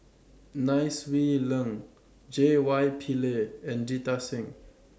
Nai Swee Leng J Y Pillay and Jita Singh